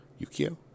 Yukio